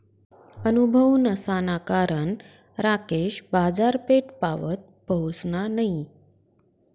अनुभव नसाना कारण राकेश बाजारपेठपावत पहुसना नयी